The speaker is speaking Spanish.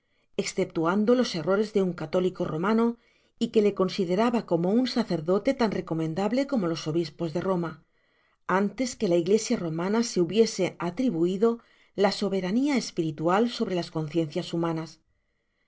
esceptuando los errores de un católico romano y que le consideraba co mo un sacerdote tan recomendable como los obispos de koma antes que la iglesia romana se hubiese atribuido la soberania espiritual sobre las conciencias humanas